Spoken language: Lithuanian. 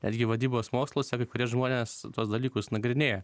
netgi vadybos moksluose kai kurie žmonės tuos dalykus nagrinėja